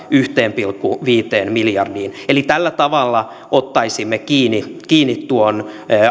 yhteen pilkku viiteen miljardiin eli tällä tavalla ottaisimme kiinni kiinni tuon